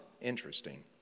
Interesting